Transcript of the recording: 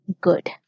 good